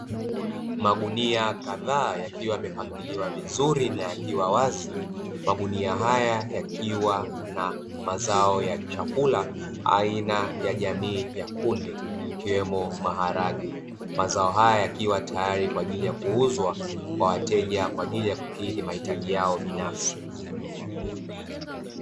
Magunia kadhaa yakiwa yamepangilia vizuri na ikiwa wazi magunia haya yakiwa na mazao ya chakula aina ya jamii ya kunde, ikiwemo maharage, mazao haya ni yote kwa ajili ya kuuzwa kwa wateja kwa ajili ya kukidhi mahitaji yao binafsi.